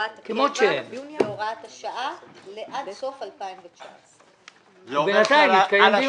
הוראת הקבע והוראת השעה עד סוף 2019. בינתיים יתקיים דיון.